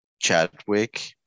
Chadwick